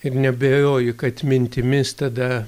ir neabejoju kad mintimis tada